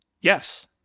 Yes